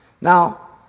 Now